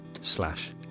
slash